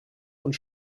und